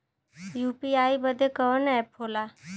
UPI बदे कवन app होला?